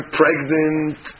pregnant